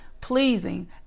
pleasing